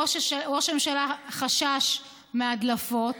ראש הממשלה חשש מהדלפות